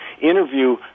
interview